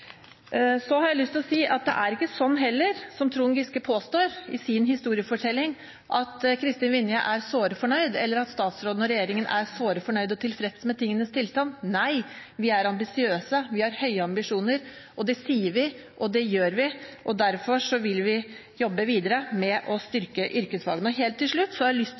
Det er heller ikke sånn som Trond Giske påstår i sin historiefortelling, at Kristin Vinje er såre fornøyd, eller at statsråden og regjeringen er såre fornøyd og tilfreds med tingenes tilstand. Nei, vi er ambisiøse. Vi har høye ambisjoner. Det sier vi, og det gjør vi, og derfor vil vi jobbe videre med å styrke yrkesfagene. Og helt til slutt har jeg lyst